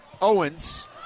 Owens